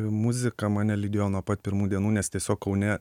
muzika mane lydėjo nuo pat pirmų dienų nes tiesiog kaune